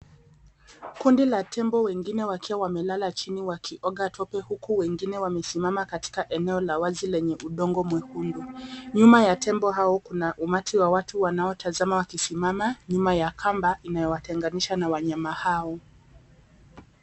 Kundi la tembo wengine wakiwa wamelala chini wakioga tope huku wengine wamesimama katika eneo la wazi lenye udongo mwekundu. Nyuma ya tembo hao kuna umati wa watu wanaotazama wakisimama nyuma ya kamba inayowatenganisha na wanyama hao.